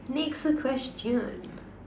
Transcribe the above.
next question